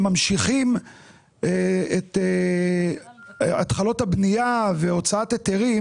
ממשיכים את התחלות הבנייה ואת הוצאת ההיתרים